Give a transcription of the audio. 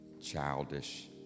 childish